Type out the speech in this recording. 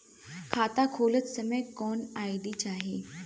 खाता खोलत समय कौन आई.डी चाही?